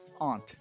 Aunt